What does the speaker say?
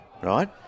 Right